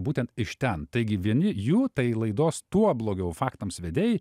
būtent iš ten taigi vieni jų tai laidos tuo blogiau faktams vedei